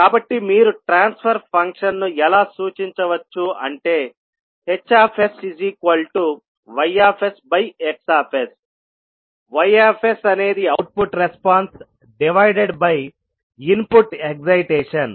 కాబట్టి మీరు transfer function ను ఎలా సూచించవచ్చు అంటే HsYX Y అనేది output response divided by input excitation